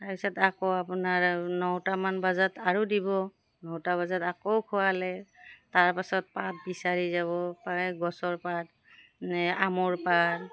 তাৰপিছত আকৌ আপোনাৰ নটামান বজাত আৰু দিব নটা বজাত আকৌ খোৱালে তাৰপাছত পাত বিচাৰি যাব পাই গছৰ পাত আমৰ পাত